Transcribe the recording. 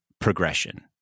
progression